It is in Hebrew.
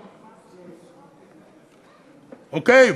אוקיי?